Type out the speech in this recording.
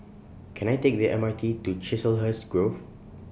Can I Take The M R T to Chiselhurst Grove